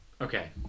Okay